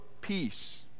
peace